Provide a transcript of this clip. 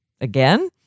Again